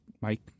Mike